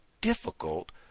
difficult